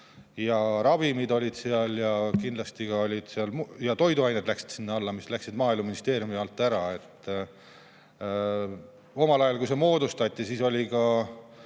ja ravimid olid seal ja kindlasti olid seal … Ja toiduained läksid sinna alla, need läksid maaeluministeeriumi alt ära. Omal ajal, kui see moodustati, siis